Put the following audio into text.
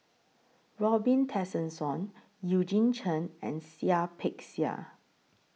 Robin Tessensohn Eugene Chen and Seah Peck Seah